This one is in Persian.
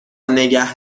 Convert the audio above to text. نگه